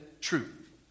truth